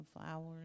flowers